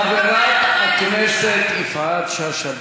חברת הכנסת יפעת שאשא ביטון.